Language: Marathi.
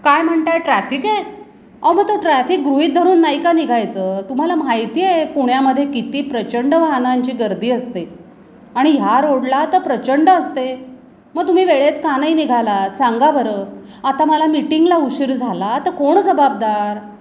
काय म्हणत आहे ट्रॅफिक आहे अहो मग तो ट्रॅफिक गृहित धरून नाही का निघायचं तुम्हाला माहिती आहे पुण्यामध्ये किती प्रचंड वाहनांची गर्दी असते आणि ह्या रोडला तर प्रचंड असते मग तुम्ही वेळेत का नाही निघालात सांगा बरं आता मला मीटिंगला उशीर झाला तर कोण जबाबदार